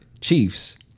Chiefs